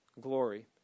glory